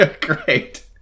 Great